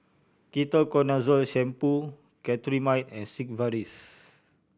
Ketoconazole Shampoo Cetrimide and Sigvaris